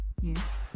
Yes